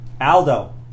Aldo